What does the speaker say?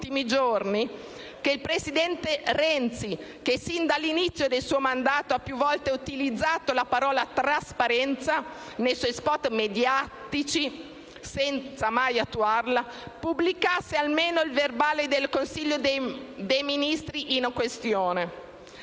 che il presidente Renzi, che sin dall'inizio del suo mandato ha più volte utilizzato la parola «trasparenza» nei suoi *spot* mediatici, senza mai attuarla, pubblicasse almeno il verbale del Consiglio dei ministri in questione.